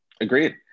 Agreed